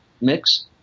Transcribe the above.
mix